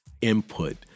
input